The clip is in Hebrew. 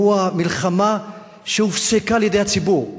מלחמה שהופסקה על-ידי הציבור.